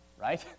right